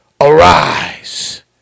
arise